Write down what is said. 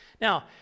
Now